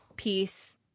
Peace